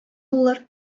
булыр